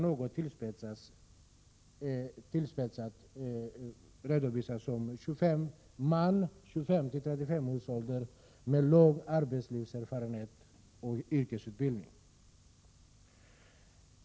Något tillspetsat kan det beskrivas som en man i 25-35-årsåldern med lång arbetslivserfarenhet och yrkesutbildning.